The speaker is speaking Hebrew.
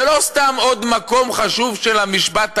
זה לא סתם עוד מקום חשוב של המשפט העברי,